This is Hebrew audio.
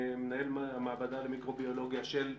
מנהל המעבדה למיקרוביולוגיה של רמב"ם.